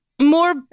more